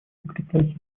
укреплять